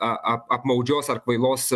apmaudžios ar kvailos